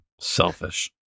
Selfish